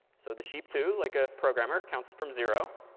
so the sheep too, like a programmer, counts from zero.